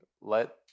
let